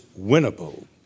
winnable